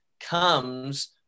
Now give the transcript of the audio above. comes